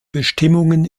bestimmungen